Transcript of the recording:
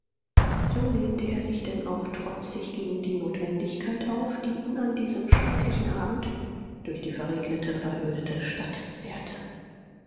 so lehnte er sich denn auch trotzig gegen die notwendigkeit auf die ihn an diesem schrecklichen abend durch die verregnete verödete